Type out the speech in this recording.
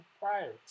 prior